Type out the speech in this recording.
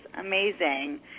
amazing